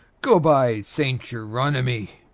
go by, saint jeronimy,